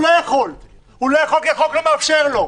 הוא לא יכול כי החוק לא מאפשר לו.